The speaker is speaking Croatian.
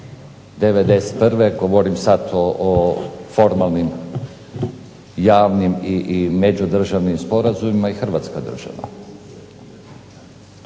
'91., govorim sad o formalnim javnim i međudržavnim sporazumima, i Hrvatska država.